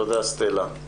תודה סטלה.